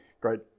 great